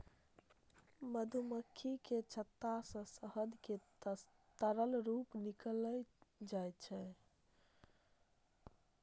मधुमाछीक छत्ता सं शहद कें तरल रूप मे निकालल जाइ छै